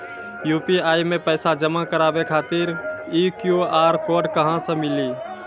UPI मे पैसा जमा कारवावे खातिर ई क्यू.आर कोड कहां से मिली?